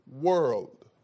world